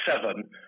seven